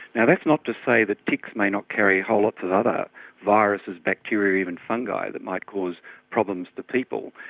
now, that's not to say that ticks may not carry whole lots of other viruses, bacteria, even fungi that might cause problems to people,